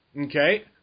Okay